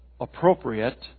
appropriate